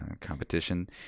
Competition